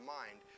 mind